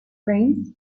frames